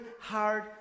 hard